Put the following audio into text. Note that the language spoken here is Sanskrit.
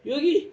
योगी